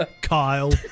Kyle